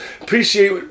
appreciate